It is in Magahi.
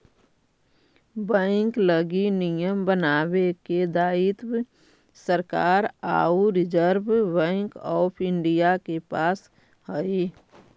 बैंक लगी नियम बनावे के दायित्व सरकार आउ रिजर्व बैंक ऑफ इंडिया के पास हइ